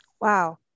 Wow